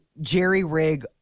jerry-rig